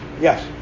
Yes